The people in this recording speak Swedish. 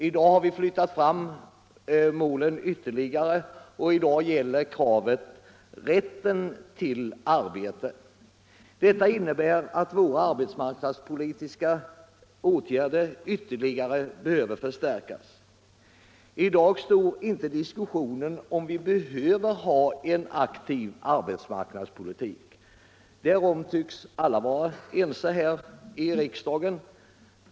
I dag har vi flyttat fram målen ytterligare. I dag gäller kravet rätten till arbete. Detta innebär att våra arbetsmarknadspolitiska åtgärder ytterligare behöver förstärkas. I dag gäller inte diskussionen om vi behöver ha en aktiv arbetsmarknadspolitik. Därom tycks alla vara ense här i riksdagen.